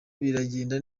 biragenda